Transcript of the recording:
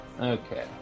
Okay